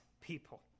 people